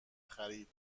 خرید